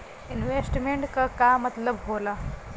Investment क का मतलब हो ला?